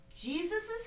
Jesus